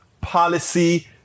policy